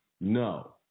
No